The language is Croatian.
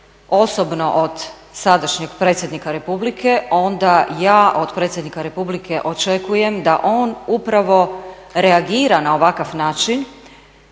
osobno od sadašnjeg predsjednika Republike onda ja od predsjednika Republike očekujem da on upravo reagira na ovakav način.